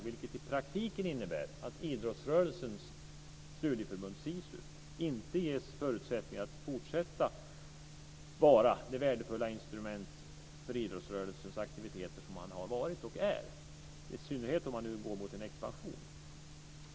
Det innebär i praktiken att idrottsrörelsens studieförbund, SISU, inte ges förutsättning att fortsätta att vara det värdefulla instrument för idrottsrörelsens aktiviteter som man har varit och är, i synnerhet om man nu går mot en expansion.